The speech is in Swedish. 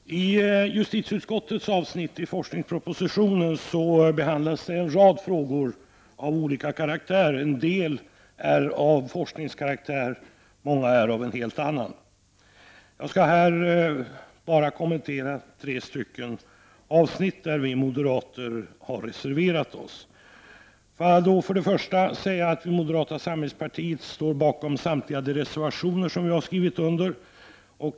Herr talman! Under justitieutskottets avsnitt i forskningspropositionen behandlas en rad frågor av olika karaktär. En del är av forskningskaraktär och många är av en helt annan karaktär. Jag skall här bara kommentera tre avsnitt där vi moderater har reserverat oss. Moderata samlingspartiet står bakom samtliga reservationer som vi har skrivit under.